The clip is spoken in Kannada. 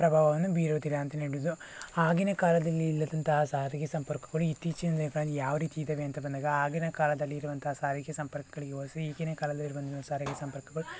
ಪ್ರಭಾವವನ್ನು ಬೀರುವುದಿಲ್ಲ ಅಂತಲೇ ಹೇಳ್ಬೋದು ಆಗಿನ ಕಾಲದಲ್ಲಿ ಇಲ್ಲದಂಥ ಸಾರಿಗೆ ಸಂಪರ್ಕಗಳು ಇತ್ತೀಚಿನ ದಿನಗಳಲ್ಲಿ ಯಾವ ರೀತಿ ಇದ್ದಾವೆ ಅಂತ ಬಂದಾಗ ಆಗಿನ ಕಾಲದಲ್ಲಿ ಇರುವಂಥ ಸಾರಿಗೆ ಸಂಪರ್ಕಗಳಿಗೆ ಹೋಲಿಸಿದರೆ ಈಗಿನ ಕಾಲದಲ್ಲಿ ಇರುವಂಥ ಸಾರಿಗೆ ಸಂಪರ್ಕಗಳು